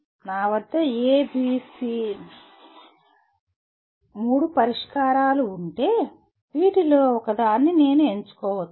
నా వద్ద A B C మూడు పరిష్కారాలు ఉంటే వీటిలో ఒకదాన్ని నేను ఎంచుకోవచ్చా